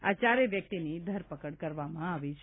આ ચારેય વ્યક્તિની ધરપકડ કરવામાં આવી છે